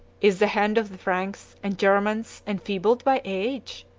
is the hand of the franks and germans enfeebled by age?